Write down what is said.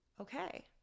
okay